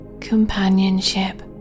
companionship